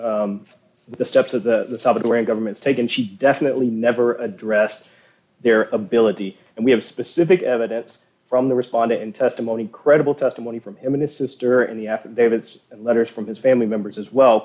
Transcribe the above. of the government's taken she definitely never addressed their ability and we have specific evidence from the respondent in testimony credible testimony from him and his sister and the affidavits and letters from his family members as well